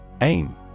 AIM